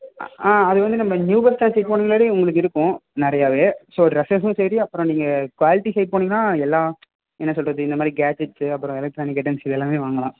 ஆ அது வந்து நம்ம நியூ பஸ் ஸ்டாண்ட் சைடு போக முன்னாடியே இருக்கும் நிறையாவே ஸோ டிரஸஸ்ஸும் சரி அப்புறம் நீங்கள் குவாலிட்டி சைட் போனீங்கன்னால் எல்லாம் என்ன சொல்வது இந்த மாதிரி கேஜட்ஸு அப்புறம் எலக்ட்ரானிக் ஐட்டம்ஸ் இது எல்லாமே வாங்கலாம்